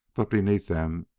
but beneath them,